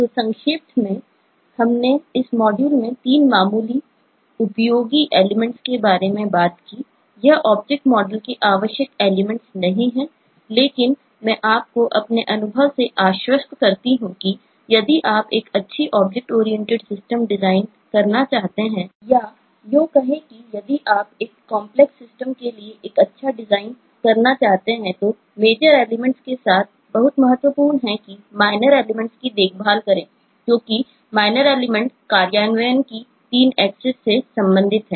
तो संक्षेप में हमने इस मॉड्यूल में तीन मामूली उपयोगी एलिमेंट्स के बारे में बात की है यह ऑब्जेक्ट मॉडल से संबंधित हैं